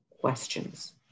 questions